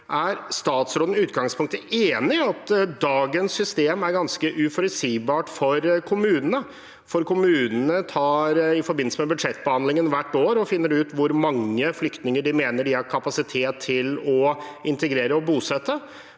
Er statsråden i utgangspunktet enig i at dagens system er ganske uforutsigbart for kommunene? Kommunene finner hvert år, i forbindelse med budsjettbehandlingen, ut hvor mange flyktninger de mener de har kapasitet til å integrere og bosette.